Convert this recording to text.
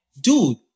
dude